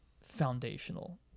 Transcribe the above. foundational